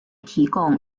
提供